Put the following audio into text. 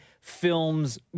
film's